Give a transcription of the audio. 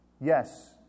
Yes